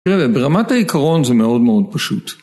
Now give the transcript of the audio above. תראה, ברמת העיקרון זה מאוד מאוד פשוט.